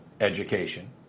education